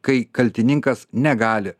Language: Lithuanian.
kai kaltininkas negali